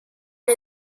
and